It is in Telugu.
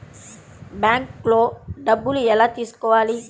బ్యాంక్లో డబ్బులు ఎలా తీసుకోవాలి?